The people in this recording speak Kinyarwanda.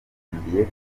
yamukundiye